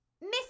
Miss